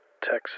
Texas